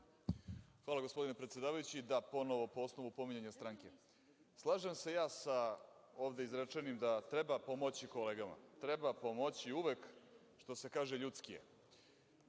Hvala gospodine predsedavajući. Da, ponovo po osnovu pominjanja stranke. Slažem se ja ovde izrečenim da treba pomoći kolegama. Treba pomoći uvek, što se kaže, ljudski